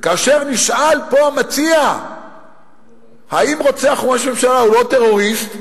וכאשר נשאל פה המציע אם רוצח ראש ממשלה הוא לא טרוריסט,